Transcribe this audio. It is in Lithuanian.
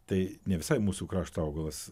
tai ne visai mūsų krašto augalas